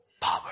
power